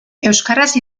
euskaraz